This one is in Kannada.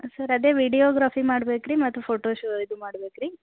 ಸರ್ ಅದೇ ವಿಡಿಯೋಗ್ರಫಿ ಮಾಡ್ಬೇಕು ರೀ ಮತ್ತು ಫೊಟೋ ಶೂ ಇದು ಮಾಡ್ಬೇಕು ರೀ